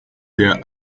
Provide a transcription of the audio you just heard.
der